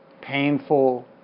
painful